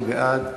מי בעד?